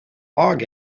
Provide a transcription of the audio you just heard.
log